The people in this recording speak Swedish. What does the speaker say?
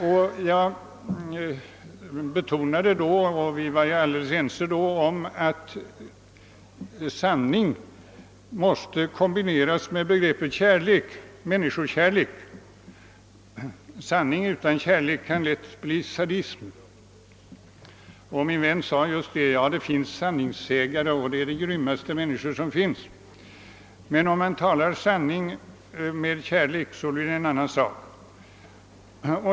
Jag betonade, och vi var då ense om, att sanning måste kombineras med begreppet kärlek-—rmänniskokärlek. Sanning utan kärlek kan lätt bli sadism. Min vän sade då: »Ja, det finns sanningssägare, och de är dé grymmaste människor som finns.» Men om man talar sanning med kärlek blir det en annan sak.